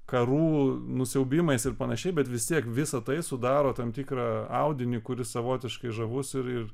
karų nusiaubimais ir pan bet vis tiek visa tai sudaro tam tikrą audinį kuris savotiškai žavus ir ir